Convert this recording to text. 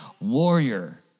warrior